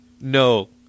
No